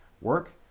work